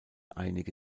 einige